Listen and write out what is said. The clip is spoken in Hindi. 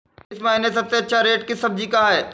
इस महीने सबसे अच्छा रेट किस सब्जी का है?